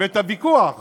ואת הוויכוח